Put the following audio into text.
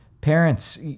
Parents